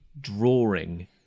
drawing